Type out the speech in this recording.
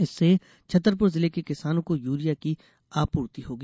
इससे छतरपूर जिले के किसानों को यूरिया की आपूर्ति होगी